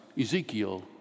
Ezekiel